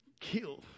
Kill